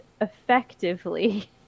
effectively